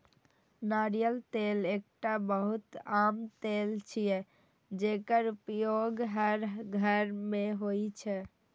नारियल तेल एकटा बहुत आम तेल छियै, जेकर उपयोग हर घर मे होइ छै